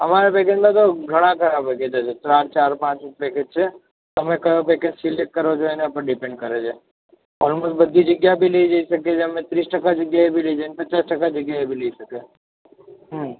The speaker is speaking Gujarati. અમારા પેકેજમાં તો ઘણાં ખરા પેકેજ હશે ત્રણ ચાર પાંચ પેકેજ છે તમે કયો પેકેજ સિલેક્ટ કરો છો એના પર ડીપેન્ડ કરે છે અમે બધી જગ્યાએ બી લઇ જઈ શકીએ છે અમે ત્રીસ ટકા જગ્યાએ બી લઇ શકીએ પચાસ ટકા જગ્યા બી લઇ શકે હમ